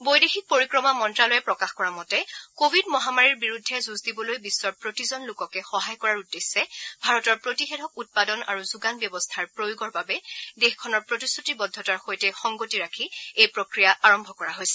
বৈদেশিক পৰিক্ৰমা মন্ত্যালয়ে প্ৰকাশ কৰা মতে কৱিড মহামাৰীৰ বিৰুদ্ধে যুঁজ দিবলৈ বিশ্বৰ প্ৰতিজন লোককে সহায় কৰাৰ উদ্দেশ্যে ভাৰতৰ প্ৰতিষেধক উৎপাদন আৰু যোগান ব্যৱস্থাৰ প্ৰয়োগৰ বাবে দেশখনৰ প্ৰতিশ্ৰুতিবদ্ধতাৰ সৈতে সংগতি ৰাখি এই প্ৰক্ৰিয়া আৰম্ভ কৰা হৈছে